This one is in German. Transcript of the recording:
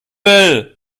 will